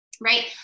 right